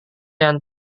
yang